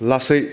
लासै